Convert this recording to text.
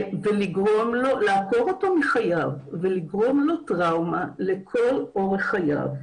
לעקור אותו מחייו ולגרום לו טראומה לכל אורך חייו.